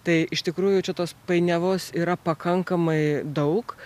tai iš tikrųjų čia tos painiavos yra pakankamai daug